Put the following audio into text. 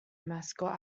mascot